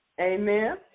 Amen